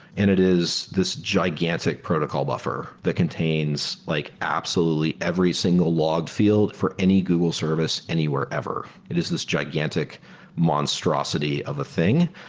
and it is this gigantic protocol buffer that contains like absolutely every single log field for any google service anywhere ever. it is this gigantic monstrosity of a thing,